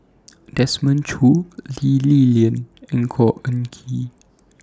Desmond Choo Lee Li Lian and Khor Ean Ghee